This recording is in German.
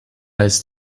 ist